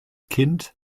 kind